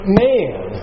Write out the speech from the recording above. man